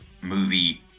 movie